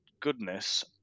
goodness